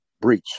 breach